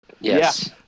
Yes